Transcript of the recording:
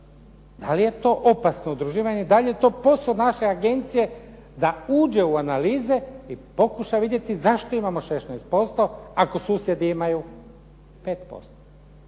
Da li je to opasno udruživanje, da li je to posao naše agencije da uđe u analize i pokuša vidjeti zašto imamo 16%, ako susjedi imaju 5%?